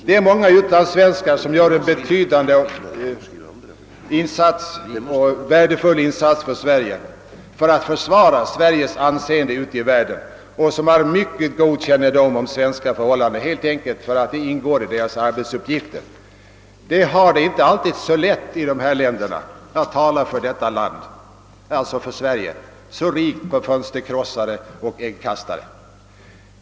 Det är många : utlandssvenskar, som gör en betydande och värdefull insats genom att försvara Sveriges anseende ute i världen och som har en mycket god kännedom om svenska förhållanden, helt enkelt därför att detta ingår i deras arbetsuppgifter. De har det inte alltid så lätt när de skall tala för Sverige, så rikt på fönsterkrossare och äggkastare.